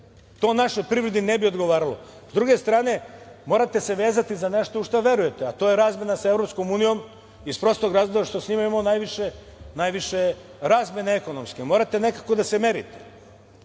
To našoj privredi ne bi odgovaralo.S druge strane, morate se vezati za nešto u šta verujete, a to je razmena sa EU, iz prostog razloga što sa njima imamo najviše razmene ekonomske. Morate nekako da se merite. Još